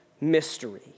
mystery